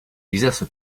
exerce